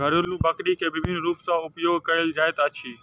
घरेलु बकरी के विभिन्न रूप सॅ उपयोग कयल जाइत अछि